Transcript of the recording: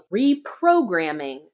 reprogramming